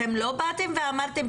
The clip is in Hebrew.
אתם לא באתם ואמרתם,